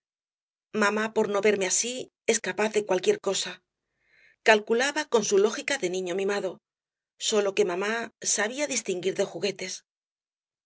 mamá por no verme así es capaz de cualquier cosa calculaba con su lógica de niño mimado sólo que mamá sabía distinguir de juguetes